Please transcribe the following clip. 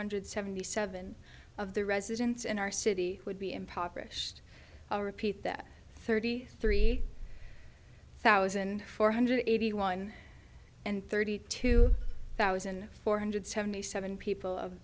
hundred seventy seven of the residents in our city would be impoverished i repeat that thirty three thousand four hundred eighty one and thirty two thousand four hundred seventy seven people of